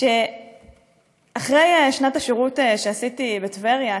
אחרי שנת השירות שעשיתי בטבריה,